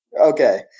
Okay